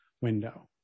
window